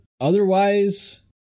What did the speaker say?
otherwise